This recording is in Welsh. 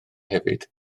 hefyd